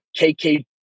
KK